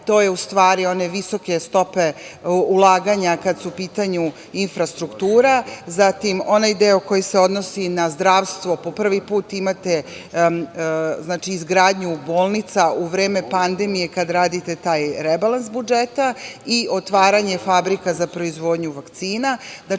to su u stvari one visoke stope ulaganja kada je u pitanju infrastruktura, zatim onaj deo koji se odnosi na zdravstvo. Po prvi put imate izgradnju bolnica u vreme pandemije kada radite taj rebalans budžeta i otvaranje fabrika za proizvodnju vakcina.